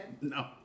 No